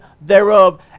thereof